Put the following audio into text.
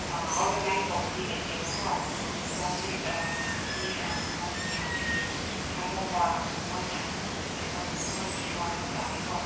organise ꯇꯧꯕꯗꯤ ꯂꯩꯇꯦꯕꯀꯣ ꯑꯗꯨ ꯍꯧꯖꯤꯛ ꯍꯧꯖꯤꯛ ꯃꯣꯏꯒꯤ ꯍꯥꯟꯅꯒꯤ ꯊꯥꯖꯕ ꯃꯣꯏꯒꯤ ꯍꯥꯟꯅꯒꯤ ꯏꯁꯣꯔ ꯃꯣꯏꯒꯤ ꯏꯁꯣꯔ ꯍꯥꯏ ꯇꯥꯔꯦꯀꯣ